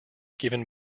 given